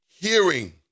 hearing